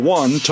one